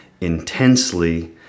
intensely